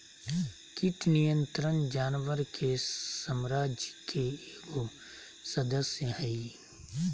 कीट नियंत्रण जानवर के साम्राज्य के एगो सदस्य हइ